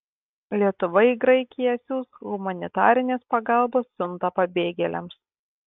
lietuva į graikiją siųs humanitarinės pagalbos siuntą pabėgėliams